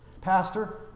Pastor